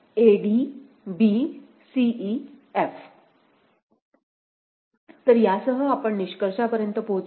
P तर यासह आपण निष्कर्षापर्यंत पोहोचू